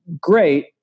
great